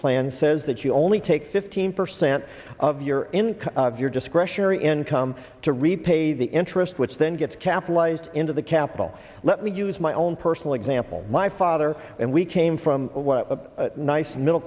plan says that you only take fifteen percent of your income of your discretionary income to repay the interest which then gets capitalized into the capital let me use my own personal example my father and we came from a nice middle